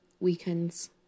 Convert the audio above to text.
weekends